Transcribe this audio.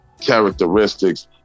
characteristics